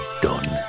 done